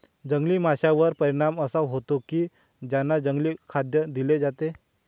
जंगली माशांवर परिणाम असा होतो की त्यांना जंगली खाद्य दिले जाते